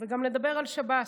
וגם לדבר על שב"ס,